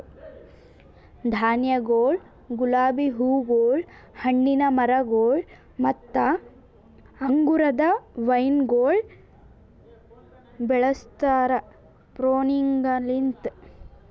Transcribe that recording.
ಧಾನ್ಯಗೊಳ್, ಗುಲಾಬಿ ಹೂಗೊಳ್, ಹಣ್ಣಿನ ಮರಗೊಳ್ ಮತ್ತ ಅಂಗುರದ ವೈನಗೊಳ್ ಬೆಳುಸ್ತಾರ್ ಪ್ರೂನಿಂಗಲಿಂತ್